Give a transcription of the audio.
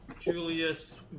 Julius